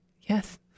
Yes